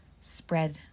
spread